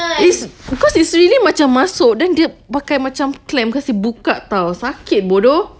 is because it's really macam masuk then dia pakai macam clamp sakit bodoh